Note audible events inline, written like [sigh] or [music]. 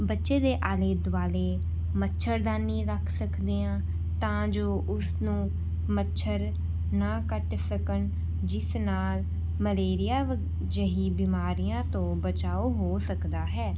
ਬੱਚੇ ਦੇ ਆਲੇ ਦੁਆਲੇ ਮੱਛਰਦਾਨੀ ਰੱਖ ਸਕਦੇ ਹਾਂ ਤਾਂ ਜੋ ਉਸਨੂੰ ਮੱਛਰ ਨਾ ਕੱਟ ਸਕਣ ਜਿਸ ਨਾਲ ਮਲੇਰੀਆ [unintelligible] ਜਿਹੀ ਬਿਮਾਰੀਆਂ ਤੋਂ ਬਚਾਉ ਹੋ ਸਕਦਾ ਹੈ